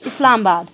اِسلام باد